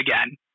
again